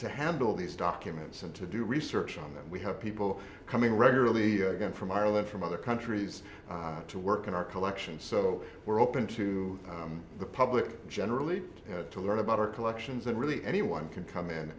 to handle these documents and to do research on them we have people coming regularly again from ireland from other countries to work in our collections so we're open to the public generally have to learn about our collections and really anyone can come in